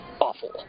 awful